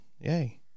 Yay